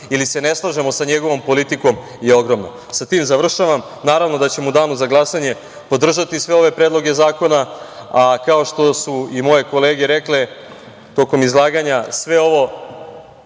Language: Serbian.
ili se ne slažemo sa njegovom politikom je ogromno. Sa tim završavam. Naravno da ćemo u danu za glasanje podržati sve ove predloge zakona. Kao što su i moje kolege rekle tokom izlaganja sve ovo